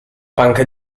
panca